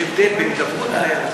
יש הבדל בין הידברות,